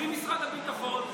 בלי משרד הביטחון,